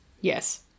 Yes